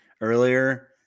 earlier